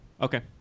Okay